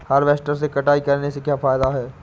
Harvester से कटाई करने से क्या फायदा है?